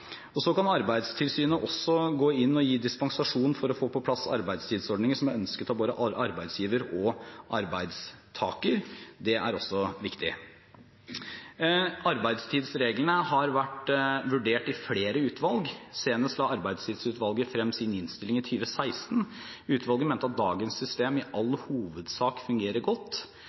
Så kan Arbeidstilsynet også gå inn og gi dispensasjon for å få på plass arbeidstidsordninger som er ønsket av både arbeidsgivere og arbeidstakere. Det er også viktig. Arbeidstidsreglene har vært vurdert i flere utvalg. Senest i 2016 la Arbeidstidsutvalget frem sin innstilling. Utvalget mente at dagens system i all hovedsak fungerer godt.